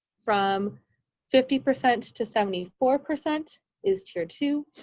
from fifty percent to seventy four percent is tier two.